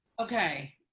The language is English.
okay